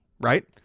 right